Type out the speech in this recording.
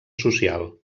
social